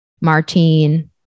Martine